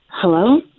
Hello